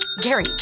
Gary